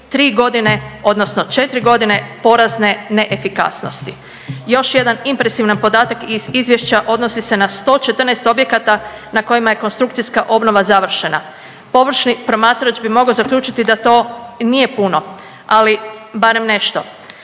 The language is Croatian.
3.g. odnosno 4.g. porazne neefikasnosti. Još jedan impresivan podatak iz izvješća odnosi se na 114 objekata na kojima je konstrukcijska obnova završena. Površni promatrač bi mogao zaključiti da to i nije puno, ali barem nešto,